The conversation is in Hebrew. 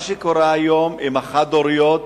מה שקורה היום עם החד-הוריות